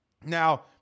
Now